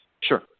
Sure